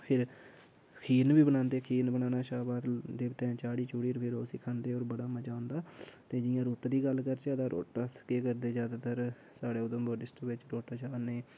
फिर खीरन बी बनांदे खीरन बनाने शा बाद देवतें अग्गें चाढ़ी चूढ़ी फिर उसी खंदे होर बड़ा मज़ा औंदा ते जि'यां रोट्ट दी गल्ल करचै ते रोट्ट अस केह् करदे जादैतर साढ़े उधमपुर डिस्ट्रिक्ट बिच रोट्ट चाढ़ने